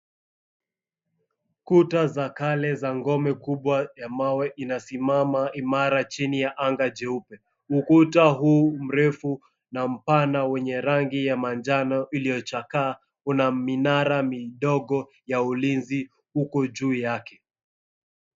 Kuta za kale za ngome kubwa ya mawe inasimama imara chini ya anga jeupe. Ukuta huu mrefu na mpana wenye rangi ya manjano iliochakaa una minara midogo ya ulinzi huko juu yake.